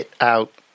...out